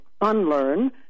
unlearn